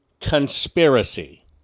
conspiracy